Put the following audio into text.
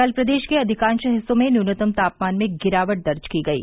कल प्रदेश के अधिकांश हिस्सों में न्यूनतम तापमान में गिरावट दर्ज की गयी